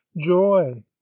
joy